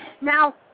Now